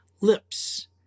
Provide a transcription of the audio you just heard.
lips